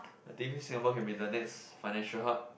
I think Singapore can be the next financial hub